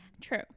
true